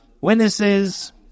Witnesses